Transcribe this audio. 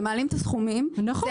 מבחינת התוכנית העסקית נגדיר את זה,